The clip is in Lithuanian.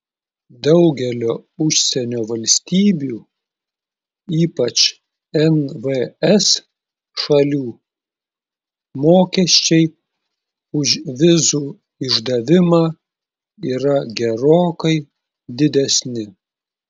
daugelio užsienio valstybių ypač nvs šalių mokesčiai už vizų išdavimą yra gerokai didesni